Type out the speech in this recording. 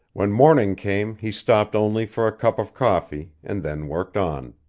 when morning came he stopped only for a cup of coffee, and then worked on.